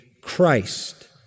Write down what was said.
Christ